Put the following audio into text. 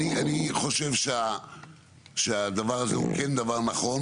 עכשיו, אני חושב שהדבר הזה הוא כן דבר נכון,